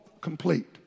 complete